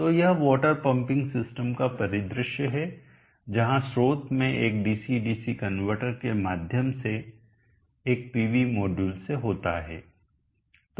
तो यह water pumping system का परिदृश्य है जहां स्रोत में एक डीसी डीसी कनवर्टर के माध्यम से एक पीवी मॉड्यूल से होता है